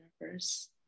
universe